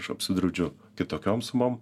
aš apsidraudžiu kitokiom sumom